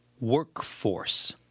Workforce